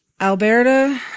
Alberta